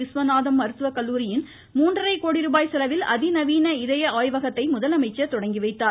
விஸ்வநாதம் மருத்துவ கல்லூரியின் மூன்றரை கோடி ரூபாய் செலவில் அதிநவீன இதய ஆய்வகத்தை முதலமைச்சா் தொடங்கி வைத்தார்